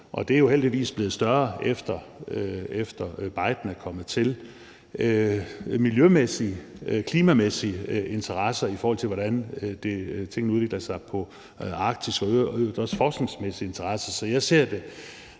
og de er jo heldigvis blevet større, efter Biden er kommet til, i forhold til hvordan tingene udvikler sig i Arktis – og de har i øvrigt også forskningsmæssige interesser. Så jeg ser det